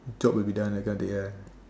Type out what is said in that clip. job will be done that kind of thing ya